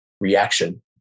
reaction